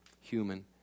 human